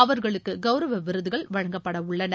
அவர்களுக்கு கவுரவ விருதுகள் வழங்கப்படவுள்ளன